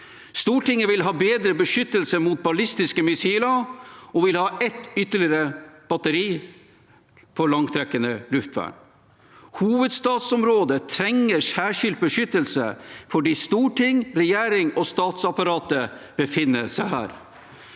Stortinget vil ha bedre beskyttelse mot ballistiske missiler og vil ha ytterligere ett batteri for langtrekkende luftvern. Hovedstadsområdet trenger særskilt beskyttelse fordi storting, regjering og statsapparatet befinner seg her.